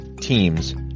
teams